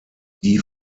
die